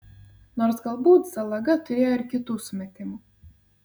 nors galbūt zalaga turėjo ir kitų sumetimų